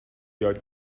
یاد